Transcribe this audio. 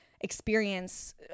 experience